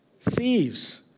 Thieves